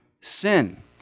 sin